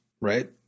right